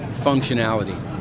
functionality